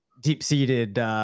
deep-seated